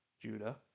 Judah